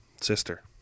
sister